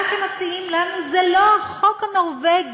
מה שמציעים לנו זה לא החוק הנורבגי,